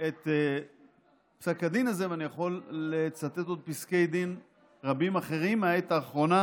את פסק הדין הזה ואני יכול לצטט עוד פסקי דין רבים אחרים מהעת האחרונה,